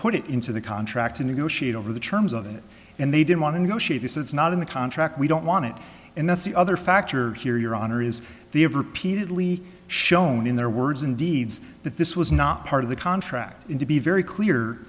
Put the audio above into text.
put it into the contract to negotiate over the terms of it and they didn't want to negotiate this it's not in the contract we don't want it and that's the other factor here your honor is the have repeatedly shown in their words and deeds that this was not part of the contract and to be very clear